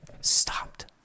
stopped